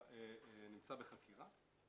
נמצא בחקירה כרגע,